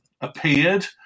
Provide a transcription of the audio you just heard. appeared